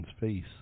face